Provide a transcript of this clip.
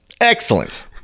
Excellent